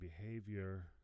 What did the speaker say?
behavior